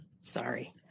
sorry